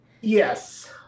Yes